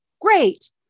Great